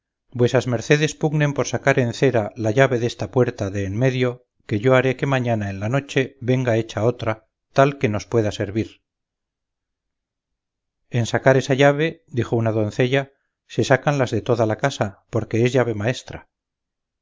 vuesas mercedes pugnen por sacar en cera la llave desta puerta de en medio que yo haré que mañana en la noche venga hecha otra tal que nos pueda servir en sacar esa llave dijo una doncella se sacan las de toda la casa porque es llave maestra